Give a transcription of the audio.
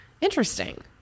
Interesting